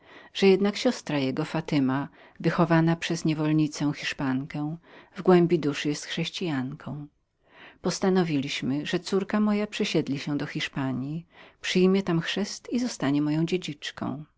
że jednak siostra jego fatyma wychowana przez niewolnicę hiszpankę w głębi duszy była chrześcijanką postanowiliśmy między nami że córka moja przesiedli się do hiszpanji przyjmie tam chrzest i zostanie moją dziedziczką